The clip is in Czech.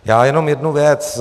Já jenom jednu věc.